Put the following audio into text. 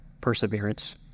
perseverance